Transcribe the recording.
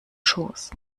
schoß